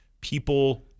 people